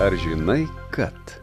ar žinai kad